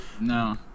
No